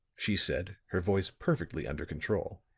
she said, her voice perfectly under control.